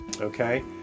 okay